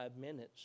minutes